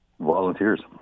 Volunteers